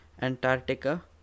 Antarctica